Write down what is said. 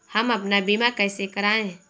हम अपना बीमा कैसे कराए?